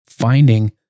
finding